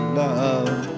love